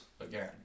again